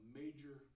major